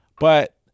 but-